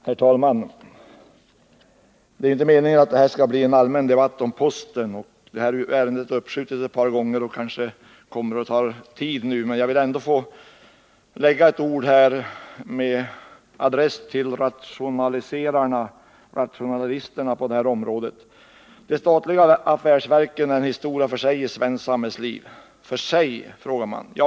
Herr talman! Det är inte meningen att det här skall bli en allmän debatt om posten, men det här ärendet har uppskjutits ett par gånger och kommer kanske att ta tid nu. Jag vill ändå säga några ord med adress till rationaliserarna på det här området. De statliga affärsverken är en historia för sig i svenskt samhällsliv. För sig? kan man fråga.